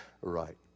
Right